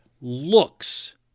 looks